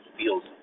feels